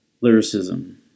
lyricism